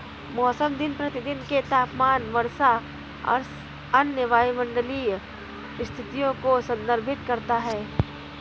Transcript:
मौसम दिन प्रतिदिन के तापमान, वर्षा और अन्य वायुमंडलीय स्थितियों को संदर्भित करता है